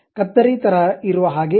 ಕತ್ತರಿ ತರಹ ಇರುವ ಹಾಗೆ ಇದೆ